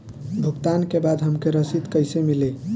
भुगतान के बाद हमके रसीद कईसे मिली?